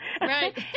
Right